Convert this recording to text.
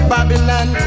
Babylon